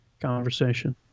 conversation